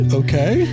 okay